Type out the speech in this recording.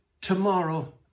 tomorrow